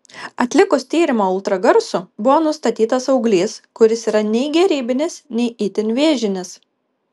atlikus tyrimą ultragarsu buvo nustatytas auglys kuris yra nei gerybinis nei itin vėžinis